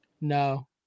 No